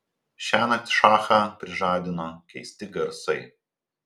šiąnakt šachą prižadino keisti garsai